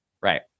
right